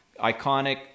Iconic